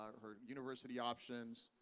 um her university options.